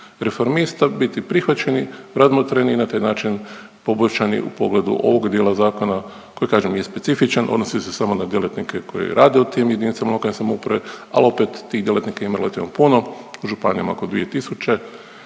Reformista biti prihvaćeni, razmotreni i na taj način poboljšani u pogledu ovog dijela zakona koji kažem je specifičan, odnosi se samo na djelatnike koji rade u tim jedinicama lokalne samouprave, ali opet tih djelatnika ima relativno puno u županijama oko 2000,